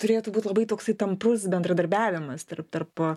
turėtų būt labai toksai tamprus bendradarbiavimas tarp tarp